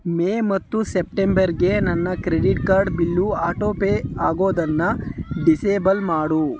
ಮೇ ಮತ್ತು ಸೆಪ್ಟೆಂಬರ್ಗೆ ನನ್ನ credit card bill auto pay ಆಗೋದನ್ನು ಡಿಸೇಬಲ್ ಮಾಡು